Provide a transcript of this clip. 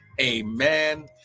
amen